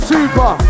Super